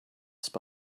spy